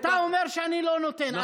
אתה אומר שאני לא נותן, נכון.